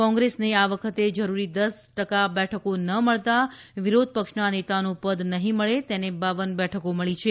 કોંગ્રેસને આ વખતે જરૂરી દસ ટકા બેઠકો ન મળતાં વિરોધપક્ષના નેતાનું પદ નહીં મળે તેને પર બેઠકો મળી છે